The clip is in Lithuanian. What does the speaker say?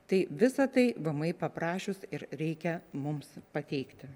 tai visa tai vmi paprašius ir reikia mums pateikti